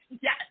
Yes